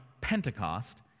Pentecost